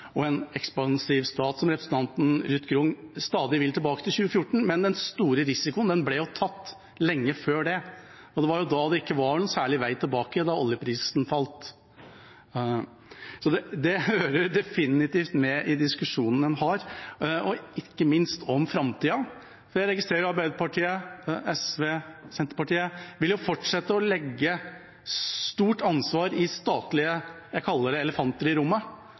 og en ekspansiv stat. Representanten Ruth Grung vil stadig tilbake til 2014, men den store risikoen ble jo tatt lenge før det. Det var da det ikke var noen særlig vei tilbake, da oljeprisen falt. Så det hører definitivt med i diskusjonen en har, ikke minst om framtida. Jeg registrerer at Arbeiderpartiet, SV og Senterpartiet vil fortsette å legge et stort ansvar hos statlige elefanter i rommet, som jeg kaller det. Hvor store skal de elefantene få bli i